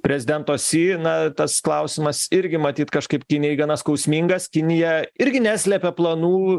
prezidento si na tas klausimas irgi matyt kažkaip kinijai gana skausmingas kinija irgi neslepia planų